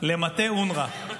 למטה אונר"א